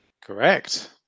Correct